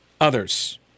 others